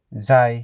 जाय